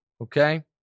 Okay